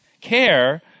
care